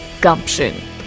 gumption